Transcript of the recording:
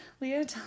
Leah